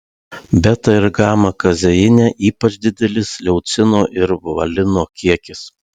beta ir gama kazeine ypač didelis leucino ir valino kiekis